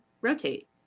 rotate